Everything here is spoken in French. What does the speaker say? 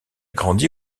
grandit